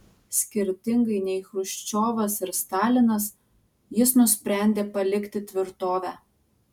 skirtingai nei chruščiovas ir stalinas jis nusprendė palikti tvirtovę